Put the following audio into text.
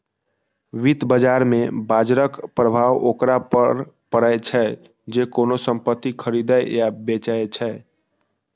वित्त बाजार मे बाजरक प्रभाव ओकरा पर पड़ै छै, जे कोनो संपत्ति खरीदै या बेचै छै